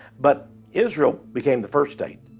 but israel became the first state,